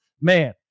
Man